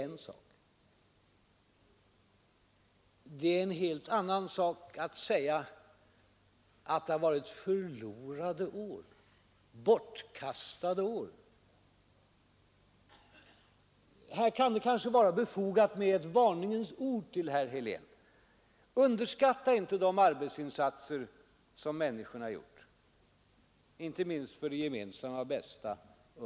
En helt annan sak är att säga att det varit förlorade år, bortkastade år. Här kan det kanske vara befogat med ett varningens ord till herr Helén. Underskatta inte de arbetsinsatser som människorna gjort under de här åren, inte minst för det gemensamma bästa.